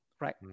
Right